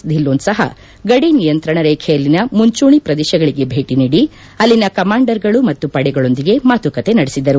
ಧಿಲ್ಲೋನ್ ಸಹ ಗಡಿ ನಿಯಂತ್ರಣ ರೇಖೆಯಲ್ಲಿನ ಮುಂಚೂಣಿ ಪ್ರದೇಶಗಳಿಗೆ ಭೇಟಿ ನೀಡಿ ಅಲ್ಲಿನ ಕಮಾಂಡರ್ಗಳು ಮತ್ತು ಪಡೆಗಳೊಂದಿಗೆ ಮಾತುಕತೆ ನಡೆಸಿದರು